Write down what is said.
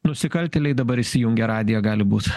nusikaltėliai dabar įsijungę radiją gali būt